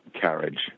carriage